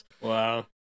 Wow